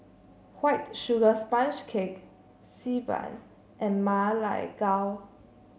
White Sugar Sponge Cake Xi Ban and Ma Lai Gao